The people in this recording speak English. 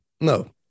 No